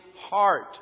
heart